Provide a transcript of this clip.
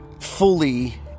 fully